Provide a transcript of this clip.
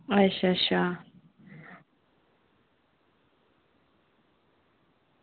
अच्छा अच्छा